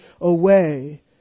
away